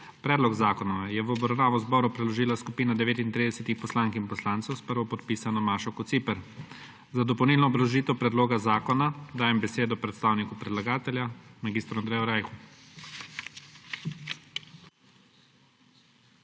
Predlog zakona je v obravnavo Državnemu zboru predložila skupina 39 poslank in poslancev s prvopodpisano Mašo Kociper. Za dopolnilno obrazložitev predloga zakona dajem besedo predstavniku predlagatelja mag. Andreju Rajhu.